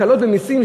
הקלות במסים,